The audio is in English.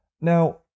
Now